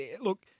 Look